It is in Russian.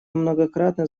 многократно